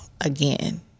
again